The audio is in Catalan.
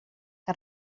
que